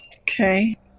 okay